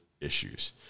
issues